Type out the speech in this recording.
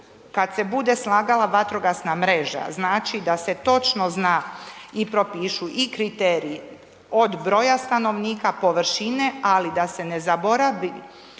kada se bude slagala vatrogasna mreža, znači da se točno zna i propišu i kriteriji od broja stanovnika, površine ali da se ne zaborave